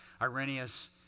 Irenaeus